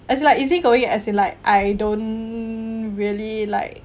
as like easy going as in like I don't really like